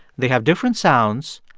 they have different sounds,